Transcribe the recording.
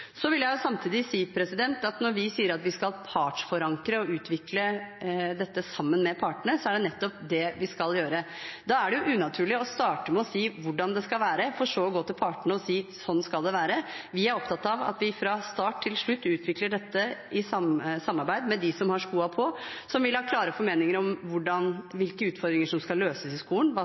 vil jeg si at når vi sier at vi skal partsforankre og utvikle dette sammen med partene, er det nettopp det vi skal gjøre. Da er det unaturlig å starte med å si hvordan det skal være, for så å gå til partene og si: Sånn skal det være! Vi er opptatt av at vi fra start til slutt utvikler dette i samarbeid med dem som har skoen på, som vil ha klare formeninger om hvilke utfordringer som skal løses i skolen,